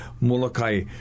Molokai